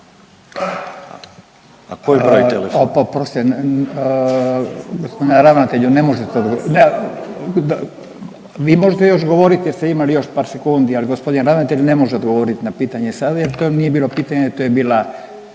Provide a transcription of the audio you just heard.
A koji broj telefona?